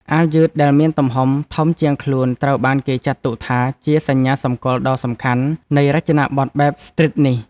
អាវយឺតដែលមានទំហំធំជាងខ្លួនត្រូវបានគេចាត់ទុកថា ជាសញ្ញាសម្គាល់ដ៏សំខាន់នៃរចនាប័ទ្មបែបស្ទ្រីតនេះ។